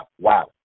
wow